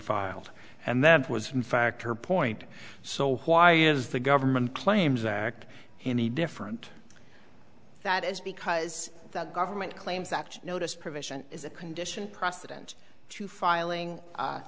filed and that was in fact her point so why is the government claims act any different that is because the government claims act notice provision is a condition precedent to filing